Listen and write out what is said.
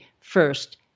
first